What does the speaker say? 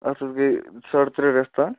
اَتھ حظ گٔے ساڑٕ ترٛےٚ رِٮ۪تھ تانۍ